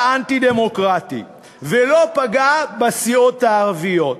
אנטי דמוקרטי ולא פגע בסיעות הערביות.